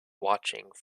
watching